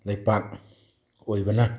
ꯂꯩꯄꯥꯛ ꯑꯣꯏꯕꯅ